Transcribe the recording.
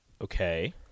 Okay